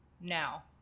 now